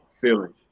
feeling